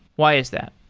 why is that?